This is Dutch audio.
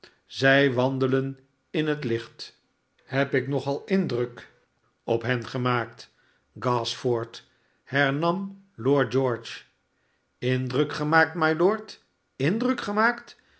zij wandelen in het licht sheb ik nog al indruk op hen gemaakt gashford hernam lord george indruk gemaakt mylord indruk gemaakt